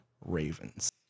ravens